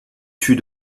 fut